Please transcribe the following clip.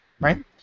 right